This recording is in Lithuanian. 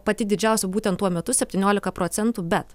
pati didžiausia būtent tuo metu septyniolika procentų bet